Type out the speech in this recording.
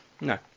No